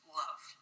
love